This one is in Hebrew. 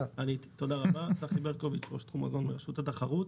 ראש תחום מזון ברשות התחרות.